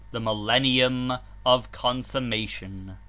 the millennium of consummation.